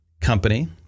Company